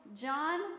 John